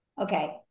Okay